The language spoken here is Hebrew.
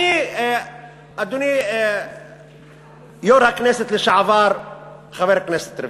אולי היינו מוצאים רוב,